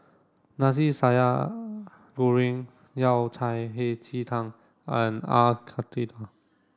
Nasi Goreng Yao Cai Hei Ji Tang and are Karthira